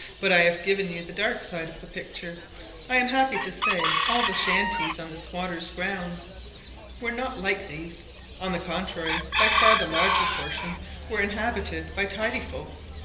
but i have given you the dark side of the picture i am happy to say all the shanties on the squatters' ground were not like these on the contrary, by far the larger proportion were inhabited by tidy folks,